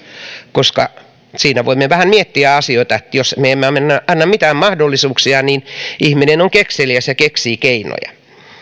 koska siinä voimme vähän miettiä asioita jos me emme anna mitään mahdollisuuksia niin ihminen on kekseliäs ja keksii keinoja